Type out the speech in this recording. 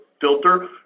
filter